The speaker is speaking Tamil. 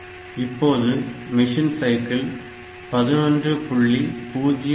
இப்போது மிஷின் சைக்கிள் 11